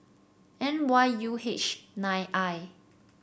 N Y U H nine I